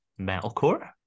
metalcore